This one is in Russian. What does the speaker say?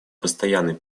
постоянный